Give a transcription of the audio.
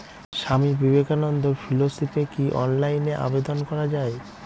স্বামী বিবেকানন্দ ফেলোশিপে কি অনলাইনে আবেদন করা য়ায়?